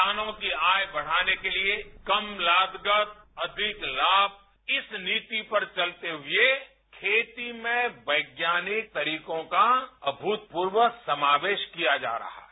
किसानों की आय बढ़ाने के लिए कम लागत अधिक लाग इस नीति पर वलते हुए खेती में यैज्ञानिक तरीकों का अभूतपूर्व समावेश किया जा रहा है